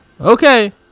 okay